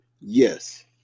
Yes